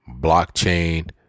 blockchain